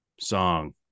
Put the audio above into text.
song